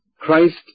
Christ